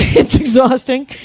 it's exhausting.